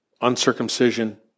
uncircumcision